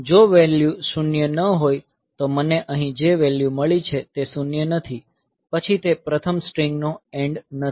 જો વેલ્યુ શૂન્ય ન હોય તો મને અહીં જે વેલ્યુ મળી છે તે શૂન્ય નથી પછી તે પ્રથમ સ્ટ્રીંગ નો એન્ડ નથી